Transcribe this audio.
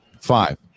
five